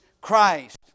Christ